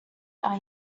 are